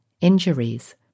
Injuries